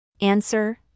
Answer